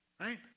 Right